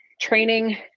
training